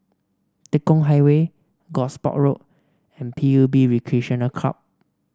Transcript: Tekong Highway Gosport Road and P U B Recreational Club